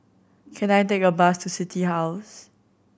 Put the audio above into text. can I take a bus to City House